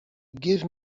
give